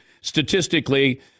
Statistically